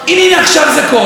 הינה, הינה, עכשיו זה קורה.